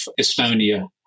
Estonia